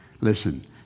listen